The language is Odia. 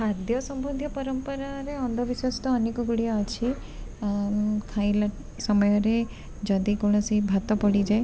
ଖାଦ୍ୟ ସମ୍ବନ୍ଧୀୟ ପରମ୍ପରାରେ ଅନ୍ଧବିଶ୍ଵାସ ତ ଅନେକ ଗୁଡ଼ିଏ ଅଛି ଖାଇଲା ସମୟରେ ଯଦି କୌଣସି ଭାତ ପଡ଼ିଯାଏ